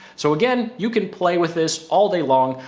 so again, you can play with this all day long,